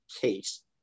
case